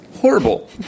horrible